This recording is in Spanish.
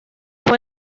fue